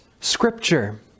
Scripture